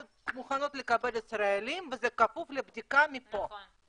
מוכנות לקבל ישראלים וזה כפוף לבדיקה מפה,